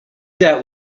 that